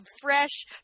fresh